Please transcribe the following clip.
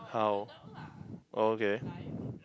how oh okay